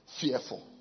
Fearful